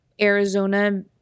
Arizona